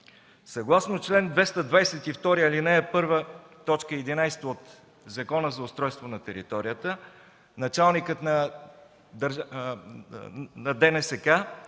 Съгласно чл. 222, ал. 1, т. 11 от Закона за устройство на територията началникът на ДНСК